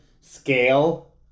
scale